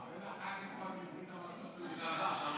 הרבה מהח"כים מברית המועצות לשעבר,